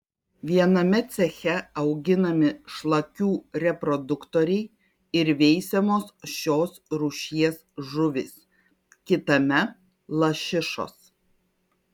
viename ceche auginami šlakių reproduktoriai ir veisiamos šios rūšies žuvys kitame lašišos